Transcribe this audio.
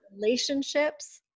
relationships